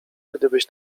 gdybyś